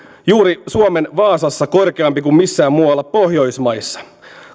juuri suomen vaasassa korkeampi kuin missään muualla pohjoismaissa